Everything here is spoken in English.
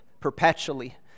perpetually